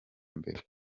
mbere